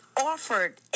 offered